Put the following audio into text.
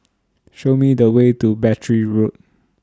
Show Me The Way to Battery Road